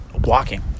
walking